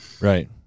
Right